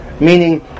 Meaning